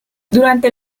durante